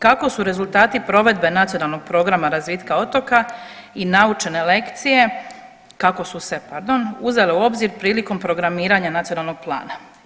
Kako su rezultati provedbe Nacionalnog programa razvitka otoka i naučene lekcije, kako su se pardon, uzele u obzir prilikom programiranja Nacionalnog plana?